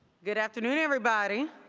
good afternoon, everybody.